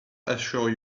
assure